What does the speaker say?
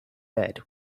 bed